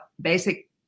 basic